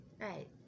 Right